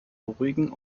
beruhigen